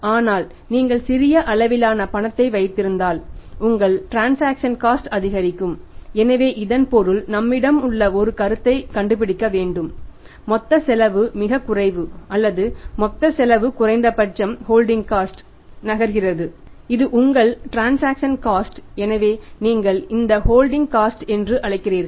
ஆனால் நீங்கள் சிறிய அளவிலான பணத்தை வைத்திருந்தால் உங்கள் டிரன்சாக்சன் காஸ்ட் நகர்கிறது